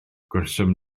gwelsom